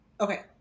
okay